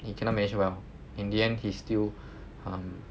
he cannot manage well in the end he still um